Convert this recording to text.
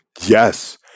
Yes